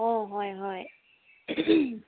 অঁ হয় হয়